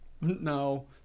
No